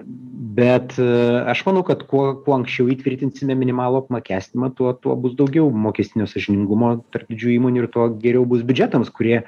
bet aš manau kad kuo kuo anksčiau įtvirtinsime minimalų apmokestinimą tuo tuo bus daugiau mokestinio sąžiningumo tarp didžiųjų įmonių ir tuo geriau bus biudžetams kurie